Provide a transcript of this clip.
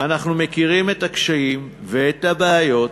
אנחנו מכירים את הקשיים ואת הבעיות,